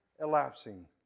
elapsing